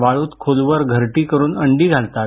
वाळूत खोलवर घरटी करून अंडी घालतात